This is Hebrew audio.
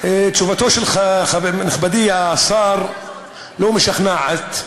תשובתו של נכבדי השר לא משכנעת.